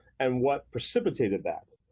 and what precipitated that.